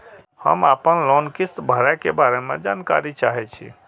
हम आपन लोन किस्त भरै के बारे में जानकारी चाहै छी?